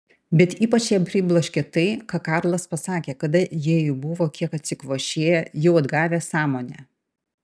bet ypač ją pribloškė tai ką karlas pasakė kada jie jau buvo kiek atsikvošėję jau atgavę sąmonę